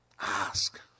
Ask